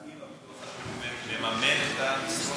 האם הביטוח הלאומי מממן את המשרות?